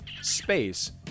space